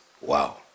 Wow